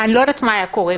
אני לא יודעת מה היה קורה פה.